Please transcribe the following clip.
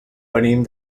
venim